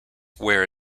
wear